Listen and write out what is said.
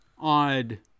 odd